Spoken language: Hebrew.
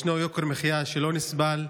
ישנו יוקר מחיה שלא נסבל.